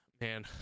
Man